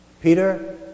Peter